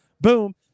Boom